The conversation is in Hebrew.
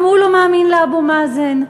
גם הוא לא מאמין לאבו מאזן.